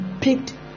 picked